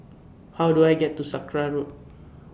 How Do I get to Sakra Road